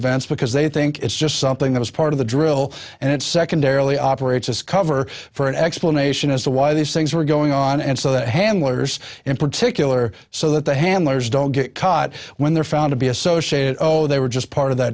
events because they think it's just something that is part of the drill and it secondarily operates as cover for an explanation as to why these things were going on and so the handlers in particular so that the handlers don't get caught when they're found to be associated they were just part of the